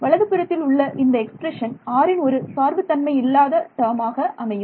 வலது புறத்தில் உள்ள இந்த எக்ஸ்பிரஷன் 'r'ன் ஒரு சார்புத் தன்மை இல்லாத டேர்மாக அமையும்